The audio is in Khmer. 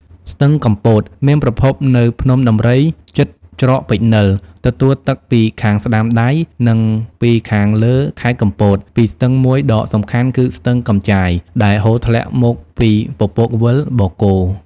ស្ទឹងកំពត មានប្រភពនៅភ្នំដំរីជិតច្រកពេជ្រនិល ទទួលទឹកពីខាងស្តាំដៃ និងពីខាងលើខេត្តកំពតពីស្ទឹងមួយដ៏សំខាន់គឺ ស្ទឹងកំចាយ ដែលហូរធ្លាក់មកពីពពកវិល (បូកគោ)។